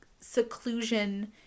seclusion